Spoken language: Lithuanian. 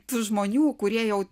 tų žmonių kurie jau